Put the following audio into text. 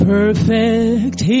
Perfect